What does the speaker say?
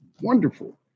wonderful